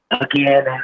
Again